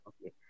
Okay